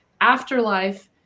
afterlife